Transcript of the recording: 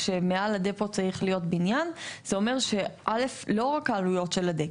כשמעל הדפו צריך להיות בניין זה אומר ש-א' לא רק העלויות של הדק,